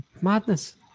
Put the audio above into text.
Madness